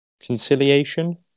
conciliation